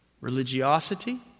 religiosity